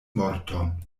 morton